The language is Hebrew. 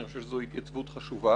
אני חושב שזו התייצבות חשובה.